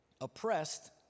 oppressed